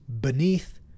beneath